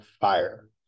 fire